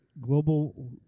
Global